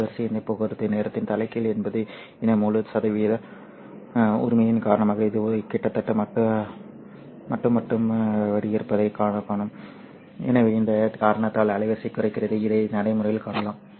அலைவரிசை இந்த போக்குவரத்து நேரத்தின் தலைகீழ் என்பது இந்த முழு சதவிகித உரிமையின் காரணமாக இது கிட்டத்தட்ட மட்டுப்படுத்தப்பட்டிருப்பதைக் காணும் எனவே இந்த காரணத்தால் அலைவரிசை குறைகிறது இதை நடைமுறையில் காணலாம்